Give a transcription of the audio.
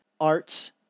arts